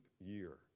year